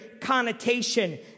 connotation